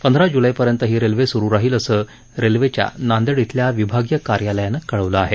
पंधरा जुलैपर्यंत ही रेल्वे सुरू राहील असं रेल्वेच्या नांदेड इथल्या विभागीय कार्यालयानं कळवलं आहे